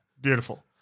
Beautiful